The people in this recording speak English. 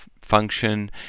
function